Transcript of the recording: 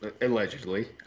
allegedly